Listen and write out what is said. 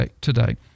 Today